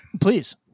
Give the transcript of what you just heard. please